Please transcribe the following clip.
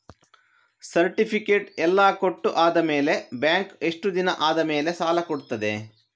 Certificate ಎಲ್ಲಾ ಕೊಟ್ಟು ಆದಮೇಲೆ ಬ್ಯಾಂಕ್ ಎಷ್ಟು ದಿನ ಆದಮೇಲೆ ಸಾಲ ಕೊಡ್ತದೆ?